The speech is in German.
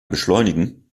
beschleunigen